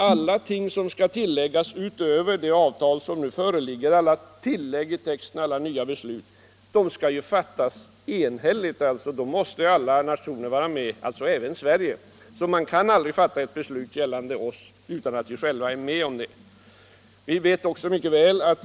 Alla tillägg i avtalet måste det fattas ett enhälligt beslut om. Man kan alltså inte fatta ett beslut som rör oss utan att vi själva deltar i beslutet.